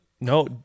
No